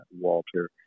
Walter